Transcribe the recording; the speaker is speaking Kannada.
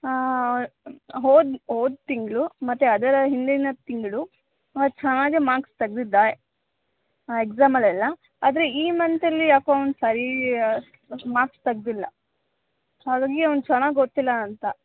ಹೋದ ಹೋದ ತಿಂಗಳು ಮತ್ತು ಅದರ ಹಿಂದಿನ ತಿಂಗಳು ಚೆನ್ನಾಗೆ ಮಾರ್ಕ್ಸ್ ತೆಗೆದಿದ್ದ ಎಕ್ಸಾಮಲ್ಲೆಲ್ಲ ಆದರೆ ಈ ಮಂತಲ್ಲಿ ಯಾಕೋ ಅವನು ಸರಿ ಮಾರ್ಕ್ಸ್ ತೆಗೆದಿಲ್ಲ ಹಾಗಾಗಿ ಅವನು ಚೆನ್ನಾಗಿ ಓದ್ತಿಲ್ಲ ಅಂತ